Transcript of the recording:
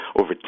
over